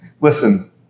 Listen